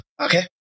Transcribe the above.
Okay